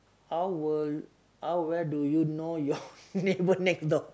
how will how well do you know your neighbour next door